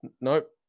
Nope